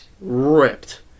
Ripped